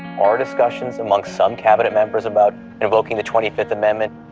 our discussions among some cabinet members about invoking the twenty fifth amendment.